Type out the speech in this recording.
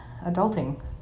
adulting